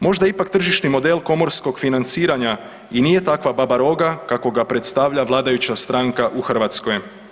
Možda ipak tržišni model komorskog financiranja i nije takva baba roga kakvog ga predstavlja vladajuća stranka u Hrvatskoj.